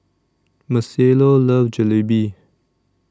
Marcelo loves Jalebi